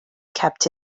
kept